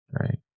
right